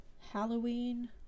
Halloween